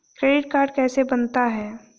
Credit card कैसे बनता है?